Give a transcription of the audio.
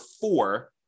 four